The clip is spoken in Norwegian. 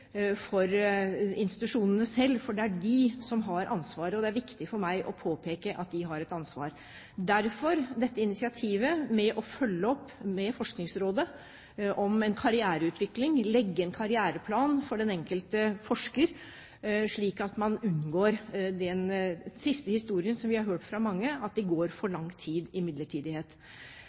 for institusjonene selv – for det er de som har ansvaret, og det er viktig for meg å påpeke at de har et ansvar – derfor dette initiativet om sammen med Forskningsrådet å følge opp karriereutvikling, å legge en karriereplan for den enkelte forsker, slik at man unngår den triste historien vi har hørt fra mange, at de går i for lang tid